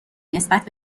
نسبت